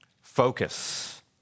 focus